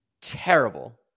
terrible